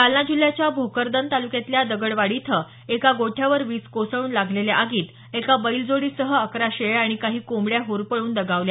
जालना जिल्ह्याच्या भोकरदन तालुक्यातल्या दगडवाडी इथं एका गोठ्यावर वीज कोसळून लागलेल्या आगीत एका बैलजोडीसह अकरा शेळ्या आणि काही कोंबड्या होरपळून दगावल्या